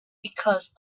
because